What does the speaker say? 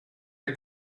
der